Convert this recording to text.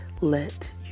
let